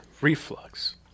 reflux